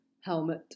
helmet